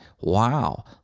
Wow